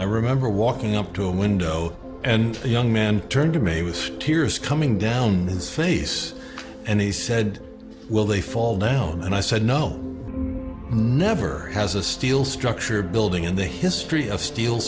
i remember walking up to a window and a young man turned to me with tears coming down his face and he said well they fall down and i said no never has a steel structure building in the history of steel